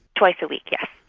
twice a week yes.